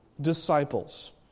disciples